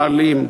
מעלים.